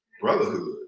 brotherhood